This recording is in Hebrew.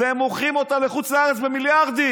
והם מוכרים אותה לחוץ לארץ במיליארדים.